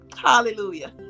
Hallelujah